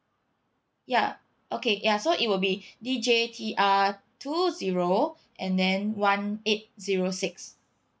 ya okay ya so it will be D J T R two zero and then one eight zero six